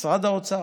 משרד האוצר.